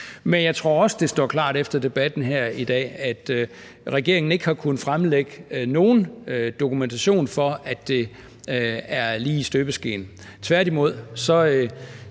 Men jeg tror også, at det står klart efter debatten her i dag, at regeringen ikke har kunnet fremlægge nogen dokumentation for, at det er lige i støbeskeen. Tværtimod